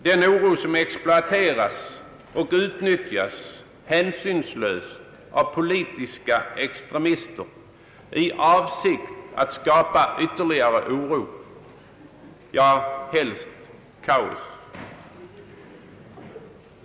Den oron exploateras och utnyttjas hänsynslöst av politiska extremister, uppenbarligen i avsikt att skapa ytterligare oro, helst kaos.